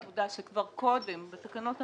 שכבר קודם בתקנות הנוכחיות